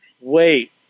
wait